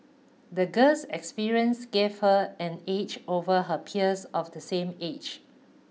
the girl's experiences gave her an edge over her peers of the same age